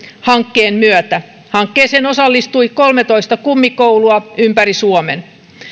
hankkeen myötä hankkeeseen osallistui kolmetoista kummikoulua ympäri suomen